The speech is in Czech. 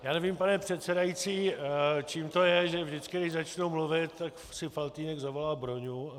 Já nevím, pane předsedající, čím to je, že vždycky když začnu mluvit, tak si Faltýnek zavolá Broňu.